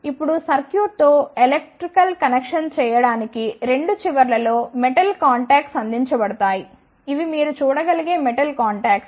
ఇప్పుడు సర్క్యూట్తో electrical connection చేయడానికి రెండు చివర్లలో మెటల్ కాంటాక్ట్స్ అందించబడతాయి ఇవి మీరు చూడగలిగే మెటల్ కాంటాక్ట్స్